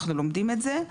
אנחנו לומדים את זה,